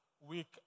week